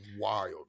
wild